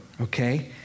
okay